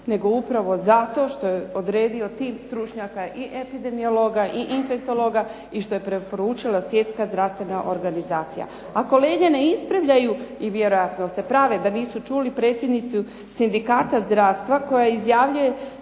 nego upravo zato što je odredio tim stručnjaka i epidemiologa i infektologa i što je preporučila Svjetska zdravstvena organizacija. A kolege ne ispravljaju i vjerojatno se prave da nisu čuli predsjednicu Sindikata zdravstva koja izjavljuje